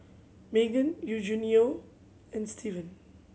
Maegan Eugenio and Stevan